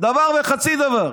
דבר וחצי דבר.